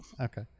Okay